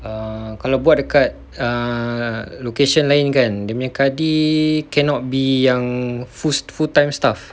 err kalau buat dekat err location lain kan dia nya kadi cannot be yang full time staff